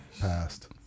passed